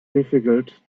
difficult